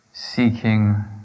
Seeking